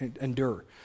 endure